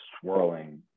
swirling